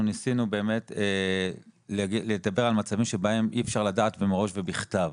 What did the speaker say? אנחנו ניסינו באמת לדבר על מצבים שבהם אי אפשר לדעת ומראש ובכתב.